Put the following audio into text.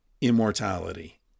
immortality